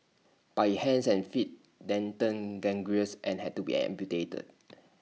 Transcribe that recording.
but his hands and feet then turned gangrenous and had to be amputated